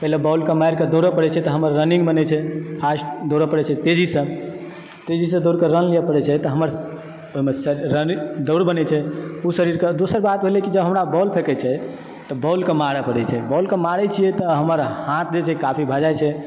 पहिले बॉलके मारिकऽ दौड़य पड़ैत छै तऽ हमर रन्निंग बनय छै फास्ट दौड़य पड़ैत छै तेजीसँ तेजीसँ दौड़के रन लिअ पड़ैत छै तऽ हमर ओहिमे दौड़ बनैत छै ओ शरीरके दोसर बात भेलय कि जब हमरा बॉल फेकय छै तऽ बॉलके मारय पड़ैत छै बॉलकऽ मारय छियै तऽ हमरा हाथ जे छै से काफी भए जाइ छै